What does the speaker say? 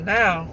now